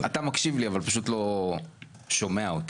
אתה מקשיב לי, אבל פשוט לא שומע אותי.